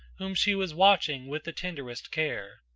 whom she was watching with the tenderest care.